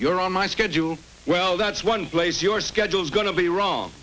you're on my schedule well that's one place your schedule is going to be wrong